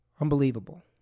unbelievable